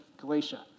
Galatia